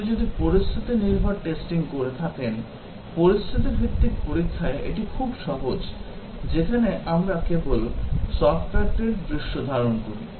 আপনি যদি পরিস্থিতি নির্ভর টেস্টিং করে থাকেন পরিস্থিতি ভিত্তিক পরীক্ষায় এটি খুব সহজ যেখানে আমরা কেবল সফ্টওয়্যারটির দৃশ্যধারণ করি